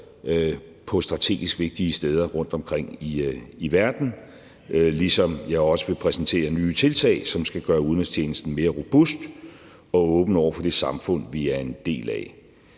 på strategisk vigtige steder rundtomkring i verden, ligesom jeg også vil præsentere nye tiltag, som skal gøre udenrigstjenesten mere robust og åben over for det samfund, vi er en del af,